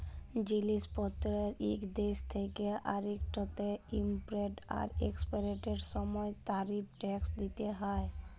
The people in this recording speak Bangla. জিলিস পত্তের ইক দ্যাশ থ্যাকে আরেকটতে ইমপরট আর একসপরটের সময় তারিফ টেকস দ্যিতে হ্যয়